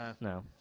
No